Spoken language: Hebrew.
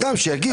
כולם משקרים,